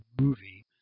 movie